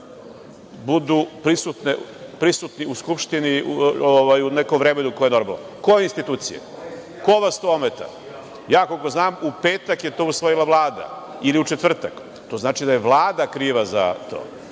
budu prisutni u Skupštini, u neko vreme u koje je normalno. Koje institucije? Ko vas to ometa? Ja koliko znam, u petak je to usvojila Vlada ili u četvrtak. To znači da je Vlada kriva za to.